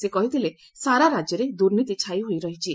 ସେ କହିଥିଲେ ସାରା ରାକ୍ୟରେ ଦୁର୍ନୀତି ଛାଇହୋଇ ରହିଛି